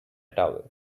towel